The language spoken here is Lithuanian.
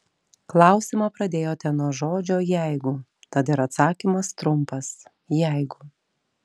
klausimą pradėjote nuo žodžio jeigu tad ir atsakymas trumpas jeigu